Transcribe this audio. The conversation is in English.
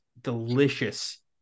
delicious